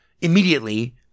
immediately